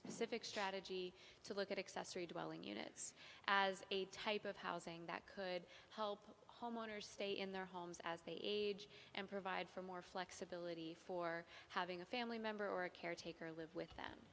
specific strategy to look at accessory dwelling units as a type of housing that could help homeowners stay in their homes as they age and provide for more flexibility for having a family member or a caretaker live with them